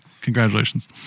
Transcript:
congratulations